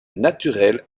naturel